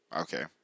Okay